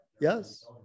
Yes